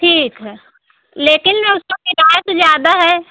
ठीक है लेकिन उसका किराया तो ज्यादा है